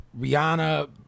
Rihanna